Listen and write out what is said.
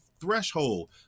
threshold